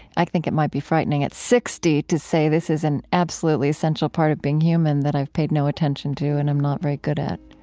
i think it might be frightening at sixty to say this is an absolutely essential part of being human that i've paid no attention to and i'm not very good at,